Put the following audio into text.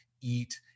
eat